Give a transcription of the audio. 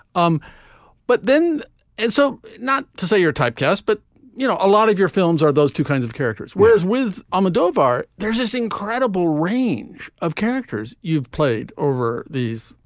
um but then and so not to say you're typecast, but you know, a lot of your films are those two kinds of characters. whereas with almodovar, there's this incredible range of characters. you've played over these,